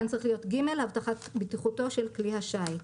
הבטחת בטיחותו של כלי השיט,